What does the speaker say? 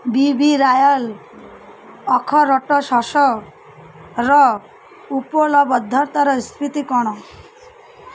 ବି B royal ଅଖରୋଟ୍ ଶସର ଉପଲବ୍ଧତାର ସ୍ଥିତି କ'ଣ